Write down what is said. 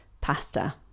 pasta